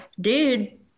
dude